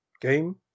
game